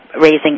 raising